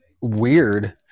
weird